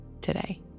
today